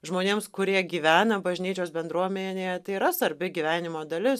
žmonėms kurie gyvena bažnyčios bendruomenėje tai yra svarbi gyvenimo dalis